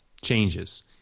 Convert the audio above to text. changes